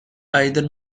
either